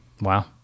Wow